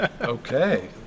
Okay